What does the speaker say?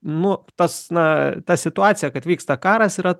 nu tas na ta situacija kad vyksta karas yra